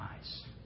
eyes